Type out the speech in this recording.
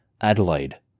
Adelaide